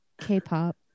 K-pop